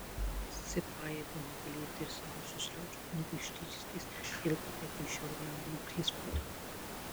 sipajai buvo nugalėti ir senosios radžų kunigaikštystės vėl pateko į žiaurią anglų priespaudą